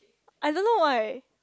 I don't know why